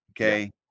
okay